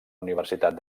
universitat